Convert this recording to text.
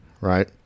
right